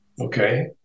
okay